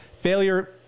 Failure